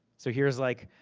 so here's like,